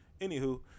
Anywho